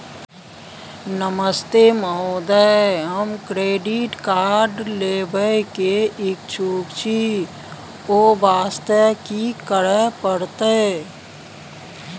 नमस्ते महोदय, हम credit card लेबे के इच्छुक छि ओ वास्ते की करै परतै?